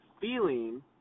feeling